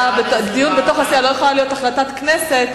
דיון בתוך הסיעה לא יכול להיות החלטת כנסת,